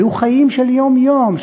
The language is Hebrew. היו חיים של יום-יום,